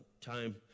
time